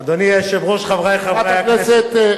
אדוני היושב-ראש, חברי חברי הכנסת,